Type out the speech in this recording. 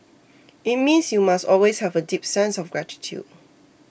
it means you must always have a deep sense of gratitude